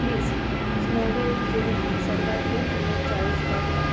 please स्नोव्हेलचे सर्वात लोकप्रिय चाळीस भाग लाव